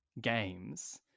games